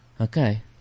Okay